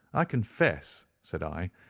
i confess, said i,